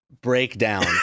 breakdown